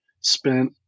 spent